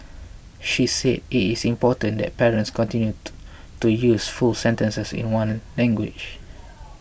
she said it is important that parents continue to to use full sentences in one language